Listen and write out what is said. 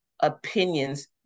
opinions